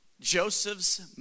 Joseph's